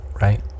right